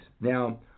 Now